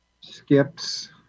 skips